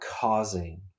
causing